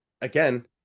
again